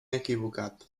equivocat